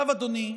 עכשיו, אדוני,